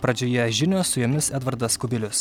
pradžioje žinios su jomis edvardas kubilius